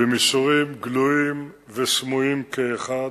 במישורים גלויים וסמויים כאחד,